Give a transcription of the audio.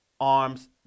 arms